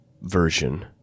version